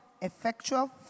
effectual